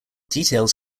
details